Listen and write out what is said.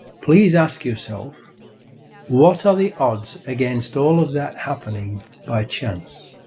please ask yourself what are the odds against all of that happening by chance?